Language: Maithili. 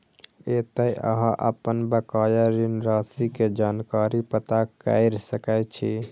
एतय अहां अपन बकाया ऋण राशि के जानकारी पता कैर सकै छी